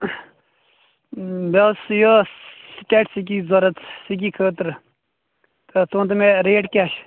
مےٚ ٲس یہِ سِکیٹ سِکی ضوٚرَتھ سِکی خٲطرٕ تہٕ ژٕ وَنتہٕ مےٚ ریٹ کیٛاہ چھِ